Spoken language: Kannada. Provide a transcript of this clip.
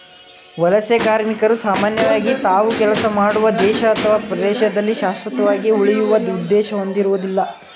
ವಲಸೆ ಕಾರ್ಮಿಕರು ಸಾಮಾನ್ಯವಾಗಿ ತಾವು ಕೆಲಸ ಮಾಡುವ ದೇಶ ಅಥವಾ ಪ್ರದೇಶದಲ್ಲಿ ಶಾಶ್ವತವಾಗಿ ಉಳಿಯುವ ಉದ್ದೇಶ ಹೊಂದಿರುವುದಿಲ್ಲ